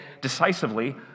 decisively